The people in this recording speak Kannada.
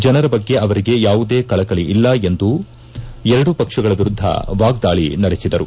ಜನರ ಬಗ್ಗೆ ಅವರಿಗೆ ಯಾವುದೇ ಕಳಕಳಿ ಇಲ್ಲ ಎಂದು ಎರಡೂ ಪಕ್ಷಗಳ ವಿರುದ್ದ ವಾಗ್ನಾಳಿ ನಡೆಸಿದರು